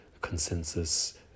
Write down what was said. consensus